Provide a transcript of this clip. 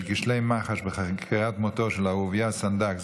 כשלי מח"ש בחקירת מותו של אהוביה סנדק,